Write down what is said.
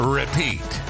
repeat